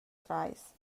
treis